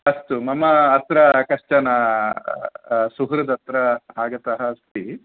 अस्तु मम अत्र कश्चन सुहृदत्र आगतः अस्ति